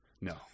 No